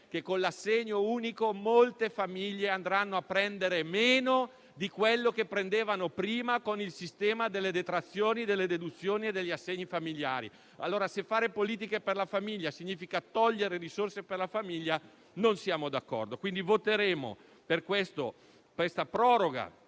che con l'assegno unico molte famiglie andranno a prendere meno di quanto prendevano prima con il sistema delle detrazioni, delle deduzioni e degli assegni familiari. Se fare politiche per la famiglia significa togliere risorse per la famiglia non siamo d'accordo. Voteremo per questa proroga